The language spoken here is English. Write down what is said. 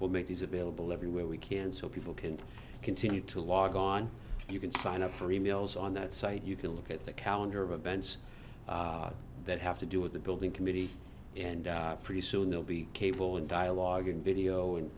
will make these available everywhere we can so people can continue to log on you can sign up for e mails on that site you can look at the calendar of events that have to do with the building committee and pretty soon they'll be capable in dialogue and video and